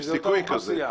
יש סיכוי כזה.